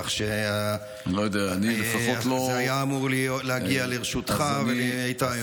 כך שזה היה אמור להגיע לרשותך והיית אמור לראות.